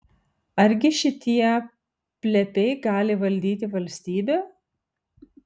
argi šitie plepiai gali valdyti valstybę